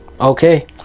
okay